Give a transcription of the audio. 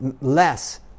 less